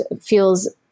feels